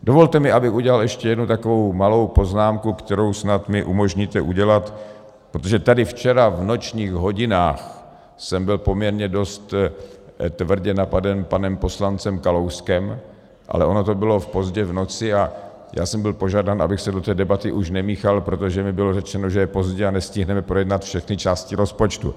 Dovolte mi, abych udělal ještě jednu takovou malou poznámku, kterou snad mi umožníte udělat, protože tady včera v nočních hodinách jsem byl poměrně dost tvrdě napaden panem poslancem Kalouskem, ale ono to bylo pozdě v noci a já jsem byl požádán, abych se do té debaty už nemíchal, protože mi bylo řečeno, že je pozdě a nestihneme projednat všechny části rozpočtu.